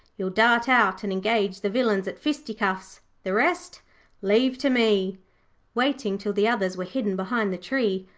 you will dart out and engage the villains at fisticuffs. the rest leave to me waiting till the others were hidden behind the tree,